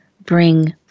bring